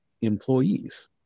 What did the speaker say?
employees